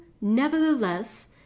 nevertheless